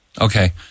Okay